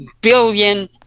billion